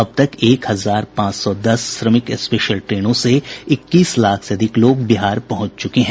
अब तक एक हजार पांच सौ दस श्रमिक स्पेशल ट्रेनों से इक्कीस लाख से अधिक लोग बिहार पहुंच चुके हैं